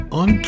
on